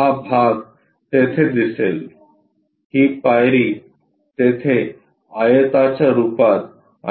हा भाग तेथे दिसेल ही पायरी तेथे आयताच्या रुपात